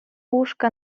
łóżka